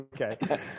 Okay